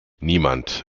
niemand